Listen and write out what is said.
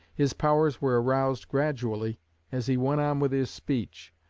his powers were aroused gradually as he went on with his speech.